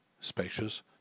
spacious